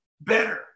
better